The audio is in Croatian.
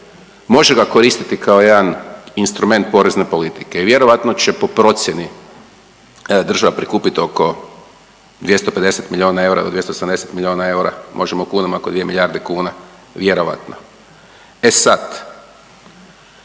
može ga koristiti kao jedan instrument porezne politike i vjerojatno će po procijeni država prikupit oko 250 milijuna eura do 280 milijarde eura, možemo u kunama, oko dvije milijarde kuna vjerojatno. E sad,